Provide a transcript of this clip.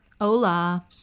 hola